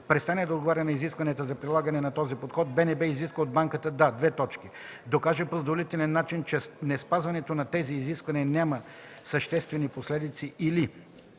престане да отговаря на изискванията за прилагане на този подход, БНБ изисква от банката да: 1. докаже по задоволителен начин, че неспазването на тези изисквания няма съществени последици, или 2.